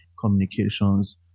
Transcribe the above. communications